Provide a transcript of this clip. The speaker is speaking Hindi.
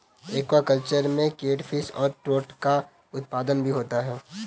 एक्वाकल्चर में केटफिश और ट्रोट का उत्पादन भी होता है